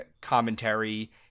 commentary